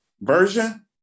version